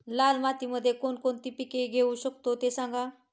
लाल मातीमध्ये कोणकोणती पिके घेऊ शकतो, ते सांगा